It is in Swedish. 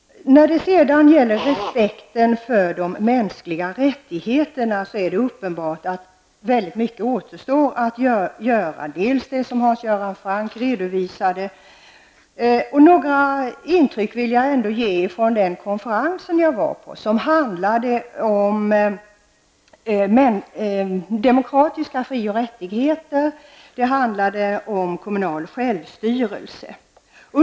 Det är uppenbart att väldigt mycket återstår att göra när det gäller respekten för de mänskliga rättigheterna. Detta gäller dels det som Hans Jag vill också ge några intryck från den konferens jag var på, som handlade om demokratiska fri och rättigheter och om kommunal självstyrelse.